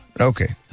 Okay